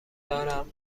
دارم